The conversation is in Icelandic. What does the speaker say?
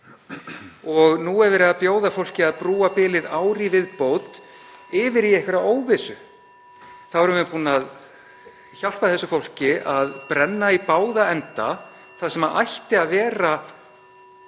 Nú er verið að bjóða fólki að brúa bilið ár í viðbót yfir í einhverja óvissu. Þá erum við búin að hjálpa þessu fólki að brjóta í báða enda það sem ætti að vera